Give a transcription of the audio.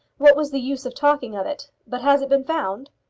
what was the use of talking of it? but has it been found?